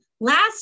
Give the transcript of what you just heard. Last